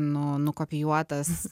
nu nukopijuotas